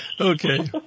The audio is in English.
Okay